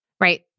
right